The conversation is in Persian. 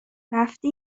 رفتی